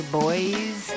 boys